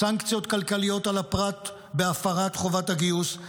סנקציות כלכליות על הפרט בהפרת חובת הגיוס,